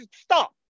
stop